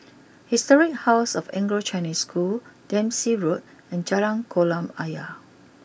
Historic house of Anglo Chinese School Dempsey Road and Jalan Kolam Ayer